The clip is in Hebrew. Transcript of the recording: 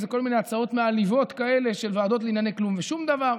אז זה כל מיני הצעות מעליבות כאלה של ועדות לענייני כלום ושום דבר.